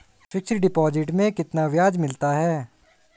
Fix deposit में कितना ब्याज मिलता है?